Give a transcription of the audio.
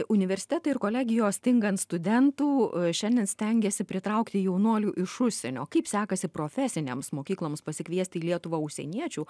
universitetai ir kolegijos stigant studentų šiandien stengiasi pritraukti jaunuolių iš užsienio kaip sekasi profesinėms mokykloms pasikviesti į lietuvą užsieniečių